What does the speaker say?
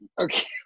okay